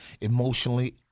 emotionally